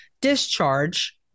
discharge